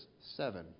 seven